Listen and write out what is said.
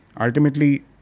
ultimately